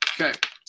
Okay